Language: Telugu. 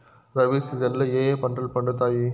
రబి సీజన్ లో ఏ ఏ పంటలు పండుతాయి